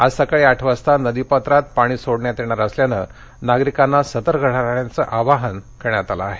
आज सकाळी आठ वाजता नदीपात्रात पाणी सोडण्यात येणार असल्याने नागरिकांना सतर्क राहण्याचं आवाहन करण्यात आलं आहे